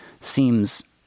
seems